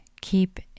keep